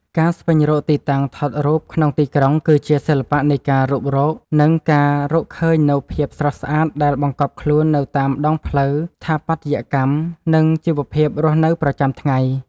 ការស្វែងរកទីតាំងថតរូបក្នុងទីក្រុង គឺជាសិល្បៈនៃការរុករក និងការរកឃើញនូវភាពស្រស់ស្អាតដែលបង្កប់ខ្លួននៅតាមដងផ្លូវ ស្ថាបត្យកម្ម និងជីវភាពរស់នៅប្រចាំថ្ងៃ។